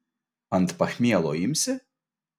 ant pachmielo imsi